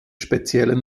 speziellen